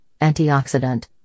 antioxidant